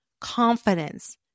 confidence